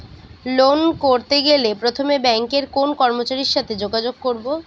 Loan করতে গেলে প্রথমে ব্যাঙ্কের কোন কর্মচারীর সাথে যোগাযোগ করব?